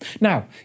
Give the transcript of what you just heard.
Now